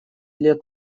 лет